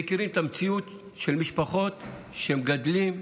מכירים את המציאות של משפחות שמגדלות